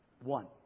One